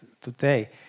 today